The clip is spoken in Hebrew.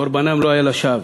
שקורבנם לא היה לשווא,